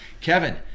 Kevin